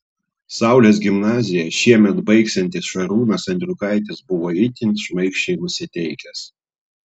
saulės gimnaziją šiemet baigsiantis šarūnas andriukaitis buvo itin šmaikščiai nusiteikęs